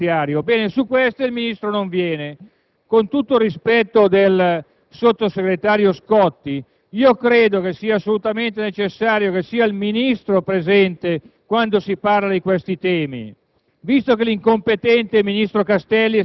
concernente materie che riguardano l'ordinamento giudiziario: ebbene, quando si parla di questo il Ministro non viene. Con tutto il rispetto per il sottosegretario Scotti, io credo che sia assolutamente necessario che il Ministro sia presente quando si parla di questi temi.